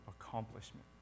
accomplishment